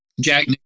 Jack